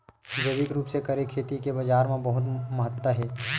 जैविक रूप से करे खेती के बाजार मा बहुत महत्ता हे